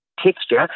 texture